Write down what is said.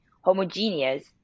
homogeneous